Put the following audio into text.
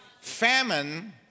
Famine